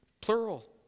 plural